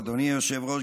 אדוני היושב-ראש,